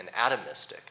atomistic